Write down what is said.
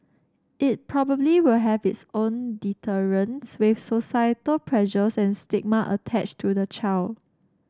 it probably will have its own deterrents with societal pressures and stigma attached to the child